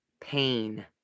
pain